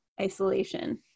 isolation